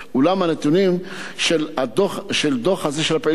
אולם הנתונים של הדוח הזה של הפעילות של